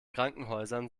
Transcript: krankenhäusern